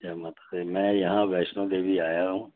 जै माता दी मैं यहां बैश्णों देवी आया हूं